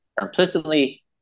implicitly